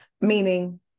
meaning